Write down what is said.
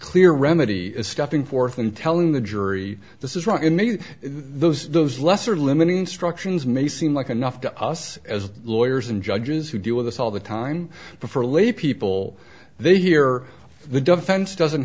clear remedy is stepping forth and telling the jury this is wrong and need those those lesser limon instructions may seem like enough to us as lawyers and judges who deal with us all the time but for laypeople they hear the defense doesn't